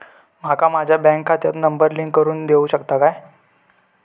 माका माझ्या बँक खात्याक नंबर लिंक करून देऊ शकता काय?